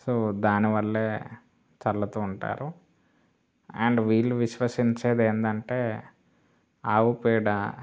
so దానివల్లే చల్లుతూ ఉంటారు అండ్ వీళ్ళు విశ్వసించేది ఏంటంటే ఆవు పేడ